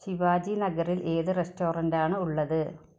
ശിവാജി നഗറിൽ ഏത് റെസ്റ്റോറൻ്റാണ് ഉള്ളത്